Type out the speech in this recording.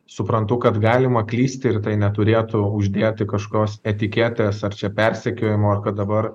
suprantu kad galima klysti ir tai neturėtų uždėti kažkokios etiketės ar čia persekiojamo kad dabar